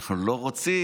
אנחנו לא רוצים